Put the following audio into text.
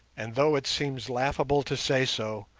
and though it seems laughable to say so,